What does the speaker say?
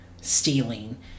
stealing